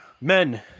men